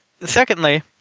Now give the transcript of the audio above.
Secondly